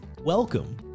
Welcome